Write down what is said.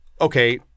okay